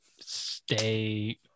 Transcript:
stay